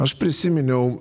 aš prisiminiau